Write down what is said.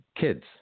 Kids